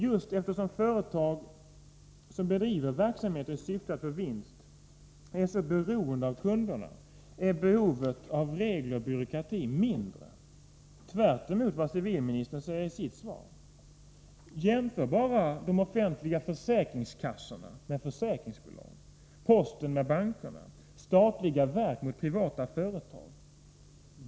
Just eftersom företag som bedriver verksamhet i syfte att få vinst är så beroende av kunderna är behovet av regler och byråkrati mindre, tvärtemot vad civilministern säger i sitt svar. Jämför bara de offentliga försäkringskassorna med försäkringsbolag, posten med bankerna, statliga verk med privata företag!